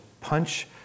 punch